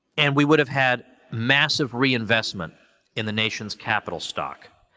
and, we would have had massive reinvestment in the nation's capital stock,